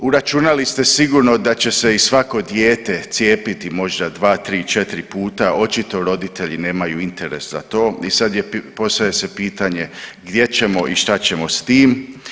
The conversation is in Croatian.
Uračunali ste sigurno da će se i svako dijete cijepiti možda 2, 3, 4 puta očito roditelji nemaju interes za to i sad je, postavlja se pitanje gdje ćemo i šta ćemo s tim.